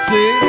See